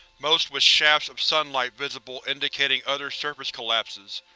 most with shafts of sunlight visible indicating other surface collapses.